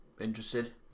interested